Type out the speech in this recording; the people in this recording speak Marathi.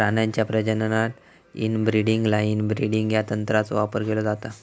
प्राण्यांच्या प्रजननात इनब्रीडिंग लाइन ब्रीडिंग या तंत्राचो वापर केलो जाता